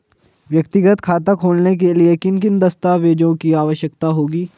व्यक्तिगत खाता खोलने के लिए किन किन दस्तावेज़ों की आवश्यकता होगी?